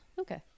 okay